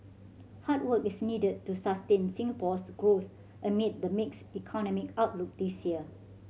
hard work is needed to sustain Singapore's growth amid the mixed economic outlook this year